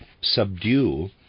subdue